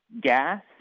gas